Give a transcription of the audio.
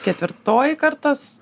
ketvirtoji kartos